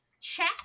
chat